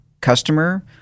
customer